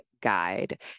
guide